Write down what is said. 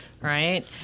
right